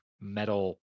metal